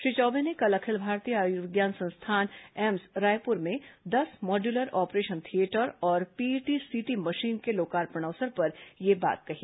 श्री चौबे ने कल अखिल भारतीय आयुर्विज्ञान संस्थान एम्स रायपुर में दस मॉडयूलर ऑपरेशन थियेटर और पीईटी सीटी मशीन के लोकार्पण अवसर पर यह बात कही